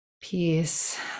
peace